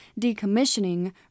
decommissioning